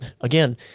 again